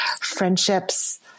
friendships